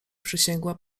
przysięgła